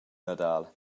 nadal